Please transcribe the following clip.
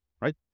right